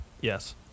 Yes